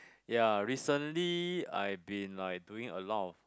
ya recently I been like doing a lot of